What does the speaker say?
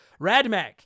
Radmack